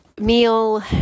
meal